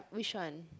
which one